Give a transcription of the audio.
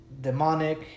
demonic